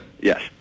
Yes